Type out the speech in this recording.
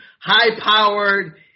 high-powered